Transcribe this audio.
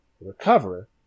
recover